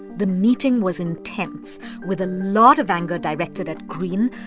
the meeting was intense with a lot of anger directed at greene,